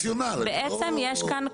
בעצם יש כאן,